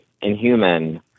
inhuman